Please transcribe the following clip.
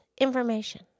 information